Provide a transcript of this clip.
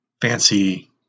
fancy